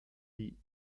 die